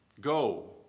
Go